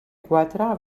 quatre